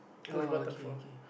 oh okay okay